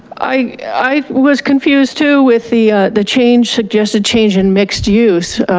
i was confused too with the the change suggested change in mixed use,